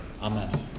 Amen